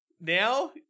now